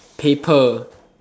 paper